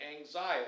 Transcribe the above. anxiety